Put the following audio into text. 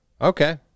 Okay